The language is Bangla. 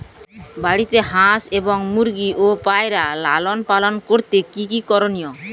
বাড়িতে হাঁস এবং মুরগি ও পায়রা লালন পালন করতে কী কী করণীয়?